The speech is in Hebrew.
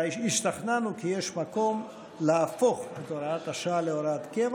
והשתכנענו כי יש מקום להפוך את הוראת השעה להוראת קבע